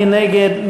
מי נגד?